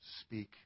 speak